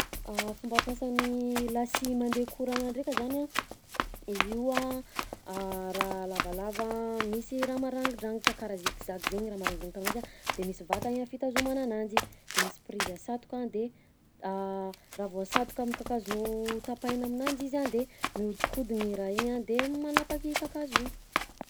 Fomba fiasan'ny lasy mandeha koragna ndraika zany a: izy io a raha lavalava misy raha marangidrangitra, karaha zig zag zaigny raha marangidrangitra aminazy a de misy vatany a fitazomana ananjy, de misy prizy asatoka, de raha vao asatoka am'kakazonao tapahina aminanjy izy a de mihodinkodigna i raha igny a de manapaka i kakazo igny.